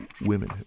women